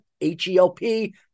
H-E-L-P